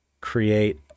create